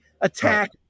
attack